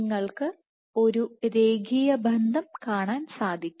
നിങ്ങൾക്ക് ഒരു രേഖീയ ബന്ധം കാണാൻ സാധിക്കും